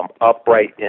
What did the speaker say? upright